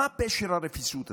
מה פשר הרפיסות הזאת?